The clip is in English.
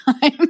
time